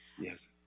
Yes